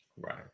Right